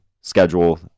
schedule